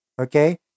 Okay